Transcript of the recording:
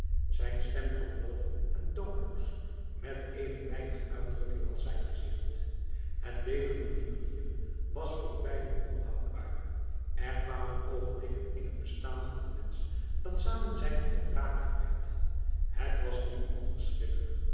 zijn stem klonk dof en toonloos met even weinig uitdrukking als zijn gezicht het leven op die manier was voor beiden onhoudbaar er kwamen ogenblikken in het bestaan van een mens dat samenzijn ondraaglijk werd het was nu